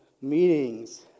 meetings